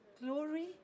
glory